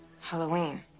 Halloween